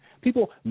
People